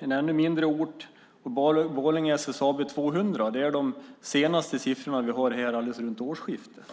en ännu mindre ort, är de 160, och på SSAB i Borlänge är de 200. Det är de senaste siffrorna vi har från tiden runt årsskiftet.